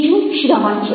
બીજું શ્રવણ છે